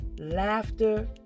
laughter